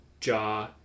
jaw